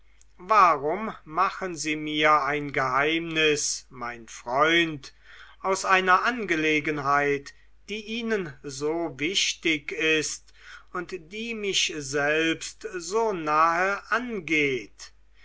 warum machen sie mir ein geheimnis mein freund aus einer angelegenheit die ihnen so wichtig ist und die mich selbst so nahe angeht